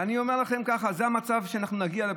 ואני אומר לכם ככה: זה המצב שאנחנו נגיע אליו,